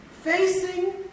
facing